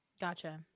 Gotcha